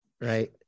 Right